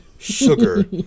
sugar